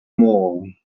more